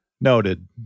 noted